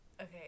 okay